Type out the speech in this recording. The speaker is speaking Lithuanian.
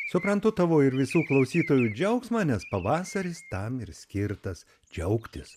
suprantu tavo ir visų klausytojų džiaugsmą nes pavasaris tam ir skirtas džiaugtis